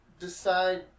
Decide